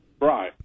Right